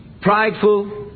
Prideful